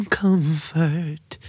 comfort